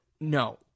No